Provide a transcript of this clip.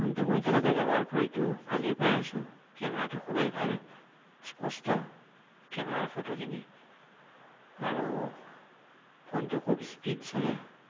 ফোনটো মই এতিয়ালৈকে ব্যৱহাৰ কৰিতো ভালেই পাই আছোঁ কেমেৰাটো খুবেই ভাল স্পষ্ট কেমেৰাৰ ফটোখিনি আৰু ফোনটো খুব স্পিড চলে